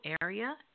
area